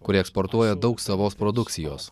kuri eksportuoja daug savos produkcijos